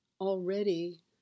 already